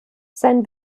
sein